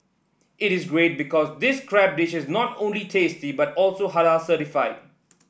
it is great because this crab dish is not only tasty but also Halal certified